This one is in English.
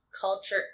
culture